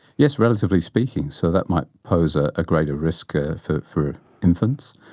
yes, relatively speaking, so that might pose a greater risk ah for for infants.